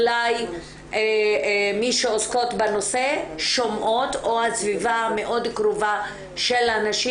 אולי מי שעוסקות בנושא שומעות או הסביבה המאוד קרובה של הנשים,